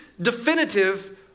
definitive